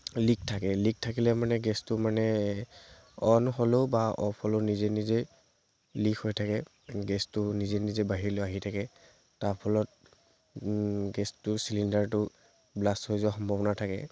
leak থাকে leak থাকিলে মানে গেছটো মানে অন হ'লেও বা অফ হ'লেও নিজে নিজে লিক হৈ থাকে গেছটো নিজে নিজে বাহিৰলৈ আহি থাকে তাৰ ফলত গেছটো চিলিণ্ডাৰটো ব্লাষ্ট হৈ যোৱাৰ সম্ভাৱনা থাকে